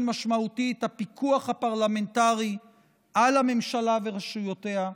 משמעותי את הפיקוח הפרלמנטרי על הממשלה ורשויותיה,